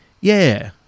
Yeah